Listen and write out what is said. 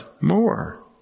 more